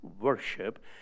worship